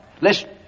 Listen